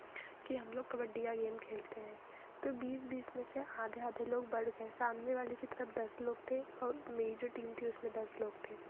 कि हम लोग कबड्डी का गेम खेलते हैं तो बीस बीस में से आधे आधे लोग बट गए सामने वाली की तरफ़ दस लोग थे और मेरी जो टीम थी उसमें दस लोग थे